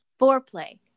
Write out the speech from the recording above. Foreplay